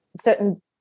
certain